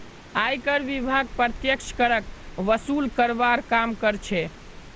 आयकर विभाग प्रत्यक्ष करक वसूल करवार काम कर्छे